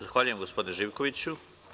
Zahvaljujem, gospodine Živkoviću.